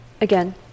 again